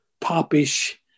popish